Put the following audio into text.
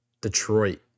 Detroit